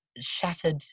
shattered